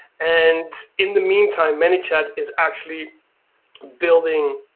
and in the meantime manychat is actually building